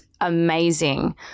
amazing